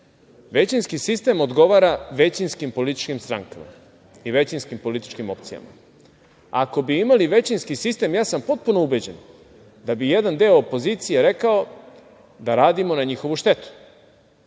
Većinski sistem odgovara većinskim političkim strankama i većinskim političkim opcijama. Ako bi imali većinski sistem, ja sam potpuno ubeđen da bi jedan deo opozicije rekao da radimo na njihovu štetu. Mi